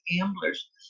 gamblers